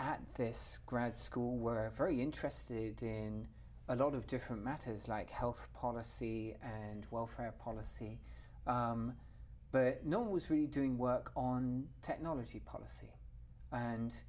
at this grad school were very interested in a lot of different matters like health policy and welfare policy but no one was really doing work on technology policy and